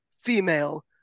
female